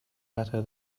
better